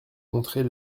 montrer